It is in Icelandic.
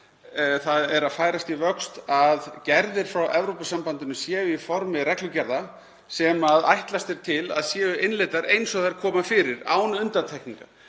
það er að færast í vöxt að gerðir frá Evrópusambandinu séu í formi reglugerða sem ætlast er til að séu innleiddar eins og þær koma fyrir án undantekninga.